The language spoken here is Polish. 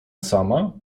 sama